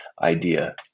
idea